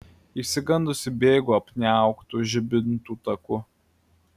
išsigandusi bėgu apniauktu žibintų taku